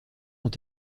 ont